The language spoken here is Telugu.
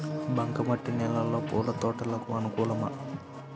బంక మట్టి నేలలో పూల తోటలకు అనుకూలమా?